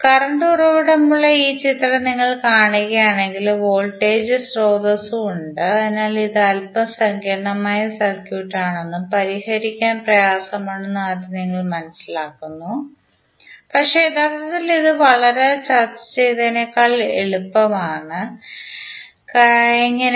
current ഉറവിടം ഉള്ള ഈ ചിത്രം നിങ്ങൾ കാണുകയാണെങ്കിൽ വോൾട്ടേജ് സ്രോതസ്സും ഉണ്ട് അതിനാൽ ഇത് അൽപ്പം സങ്കീർണ്ണമായ സർക്യൂട്ടാണെന്നും പരിഹരിക്കാൻ പ്രയാസമാണെന്നും ആദ്യം നിങ്ങൾ മനസ്സിലാക്കുന്നു പക്ഷേ യഥാർത്ഥത്തിൽ ഇത് ഇതുവരെ ചർച്ച ചെയ്തതിനേക്കാൾ വളരെ എളുപ്പമാണ് എങ്ങനെ